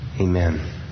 Amen